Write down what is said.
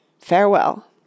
Farewell